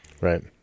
Right